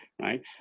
right